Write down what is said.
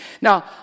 Now